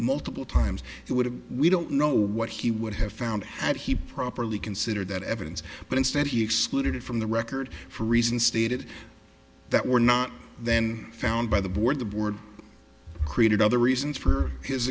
multiple times he would have we don't know what he would have found had he properly considered that evidence but instead he excluded from the record for reasons stated that were not then found by the board the board created other reasons for his